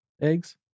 eggs